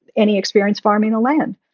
any experience farming the land.